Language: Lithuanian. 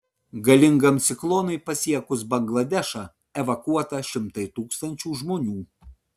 galingam ciklonui pasiekus bangladešą evakuota šimtai tūkstančių žmonių